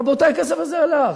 רבותי, הכסף הזה הלך.